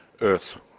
Earth